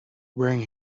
wearing